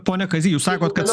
pone kazy jūs sakot kad